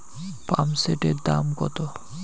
পাম্পসেটের দাম কত?